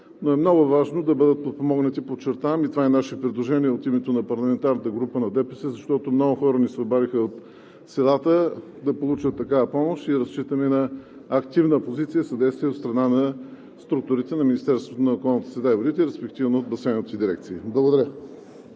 Но е много важно да бъдат подпомогнати, подчертавам, и това е наше предложение – от името на парламентарната група на ДПС, защото много хора ни се обадиха от селата да получат такава помощ и разчитаме на активна позиция и съдействие от страна на структурите на Министерството на околната среда и водите, респективно басейновите дирекции. Благодаря.